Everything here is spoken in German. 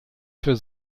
für